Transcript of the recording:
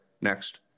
Next